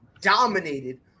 dominated